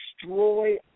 destroy